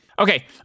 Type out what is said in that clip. Okay